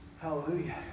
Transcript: Hallelujah